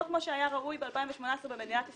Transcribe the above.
לא כמו שהיה ראוי ב-2018 במדינת ישראל,